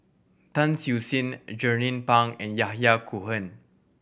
Tan Siew Sin Jernnine Pang and Yahya Cohen